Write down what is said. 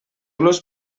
los